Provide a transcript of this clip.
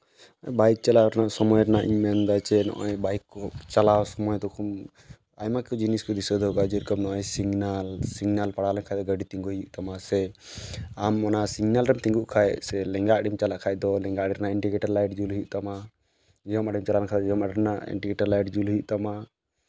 bike ᱪᱟᱞᱟᱣ ᱨᱮᱱᱟᱜ ᱥᱚᱢᱚᱭ ᱨᱮᱱᱟᱜ ᱤᱧ ᱢᱮᱱᱫᱟ ᱡᱮ ᱱᱚᱜᱼᱚᱸᱭ ᱵᱟᱭᱤᱠ ᱠᱚ ᱪᱟᱞᱟᱣ ᱥᱚᱢᱚᱭ ᱛᱚᱠᱷᱚᱱ ᱟᱭᱢᱟ ᱚᱠᱚᱡ ᱡᱤᱱᱤᱥ ᱠᱚ ᱫᱤᱥᱟᱹ ᱫᱚᱦᱚ ᱠᱟᱜᱼᱟ ᱡᱮᱨᱚᱠᱚᱢ ᱱᱚᱜᱼᱚᱭ ᱥᱤᱜᱽᱱᱟᱞ ᱥᱤᱜᱽᱱᱟᱞ ᱯᱟᱲᱟᱣ ᱞᱮᱱᱠᱷᱟᱡ ᱫᱚ ᱜᱟᱹᱰᱤ ᱛᱤᱸᱜᱩᱭ ᱦᱩᱭᱩᱜ ᱛᱟᱢᱟ ᱥᱮ ᱟᱢ ᱚᱱᱟ ᱥᱤᱜᱽᱱᱮᱞ ᱨᱮᱢ ᱛᱤᱸᱜᱩᱜ ᱠᱷᱟᱡ ᱥᱮ ᱞᱮᱸᱜᱟ ᱟᱲᱮᱢ ᱪᱟᱞᱟᱜ ᱠᱷᱟᱡ ᱫᱚ ᱞᱮᱸᱜᱟ ᱟᱲᱮ ᱨᱮᱱᱟᱜ ᱤᱱᱰᱤᱠᱮᱴᱟᱨ ᱡᱩᱞ ᱦᱩᱭᱩᱜ ᱛᱟᱢᱟ ᱡᱚᱡᱚᱢ ᱟᱲᱮᱢ ᱪᱟᱞᱟᱣ ᱞᱮᱱᱠᱷᱟᱡ ᱡᱚᱡᱚᱢ ᱟᱲᱮ ᱨᱮᱱᱟᱜ ᱤᱱᱴᱤᱜᱮᱴᱟᱨ ᱞᱟᱭᱤᱴ ᱡᱩᱞ ᱦᱩᱭᱩᱜ ᱛᱟᱢᱟ